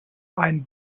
einen